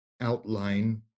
outline